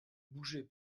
bougez